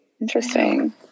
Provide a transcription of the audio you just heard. Interesting